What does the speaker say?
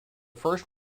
first